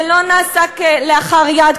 זה לא נעשה כלאחר יד,